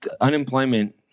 unemployment